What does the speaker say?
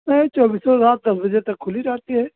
नहीं चौबीसों रात दस बजे तक खुली रहती है